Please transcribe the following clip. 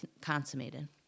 consummated